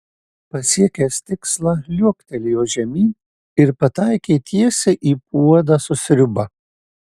pasiekęs tikslą liuoktelėjo žemyn ir pataikė tiesiai į puodą su sriuba